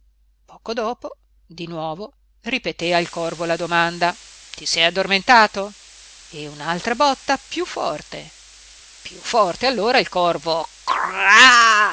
poco dopo di nuovo ripeté al corvo la domanda ti sei addormentato e un'altra botta più forte più forte allora il corvo